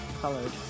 colored